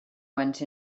went